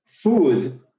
food